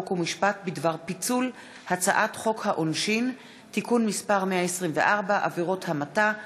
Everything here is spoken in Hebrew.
חוק ומשפט בדבר פיצול הצעת חוק העונשין (תיקון מס' 124) (עבירות המתה),